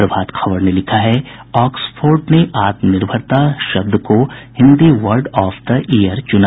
प्रभात खबर ने लिखा है ऑक्सफोर्ड ने आत्मनिर्भरता शब्द को Hindi word of the year चुना